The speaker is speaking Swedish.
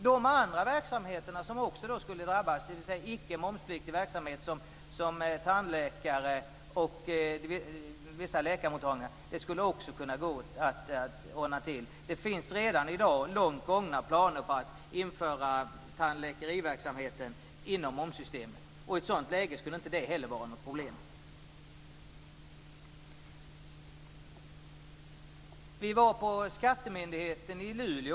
De andra verksamheter som också skulle drabbas, dvs. icke-momspliktig verksamhet som tandläkare och vissa läkarmottagningar, skulle också kunna gå att ordna till. Det finns redan i dag långt gångna planer på att införa tandläkeriverksamheten inom momssystemet. I ett sådant läge skulle inte heller det vara något problem. Vi var på skattemyndigheten i Luleå.